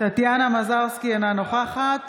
טטיאנה מזרסקי, אינה נוכחת